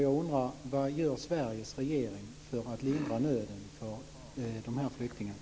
Jag undrar vad Sveriges regering gör för att lindra nöden för de här flyktingarna.